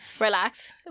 relax